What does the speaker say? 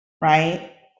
right